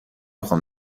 خوام